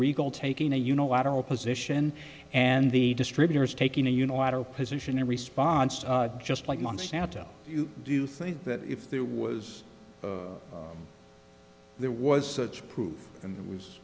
legal taking a unilateral position and the distributors taking a unilateral position in response to just like monsanto you do think that if there was there was such proof and